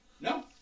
No